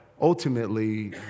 Ultimately